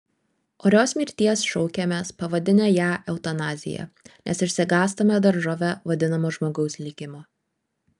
orios mirties šaukiamės pavadinę ją eutanazija nes išsigąstame daržove vadinamo žmogaus likimo